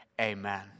Amen